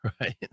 Right